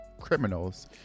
criminals